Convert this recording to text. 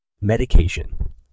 Medication